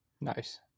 Nice